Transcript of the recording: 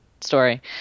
story